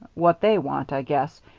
what they want, i guess,